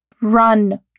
run